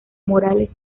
morales